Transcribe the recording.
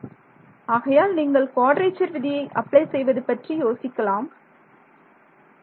மாணவர் ஆகையால் நீங்கள் குவாட்ரேச்சர் விதியை அப்ளை செய்வது பற்றி யோசிக்கலாம் மாணவர் ஆம்